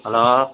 hello